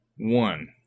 one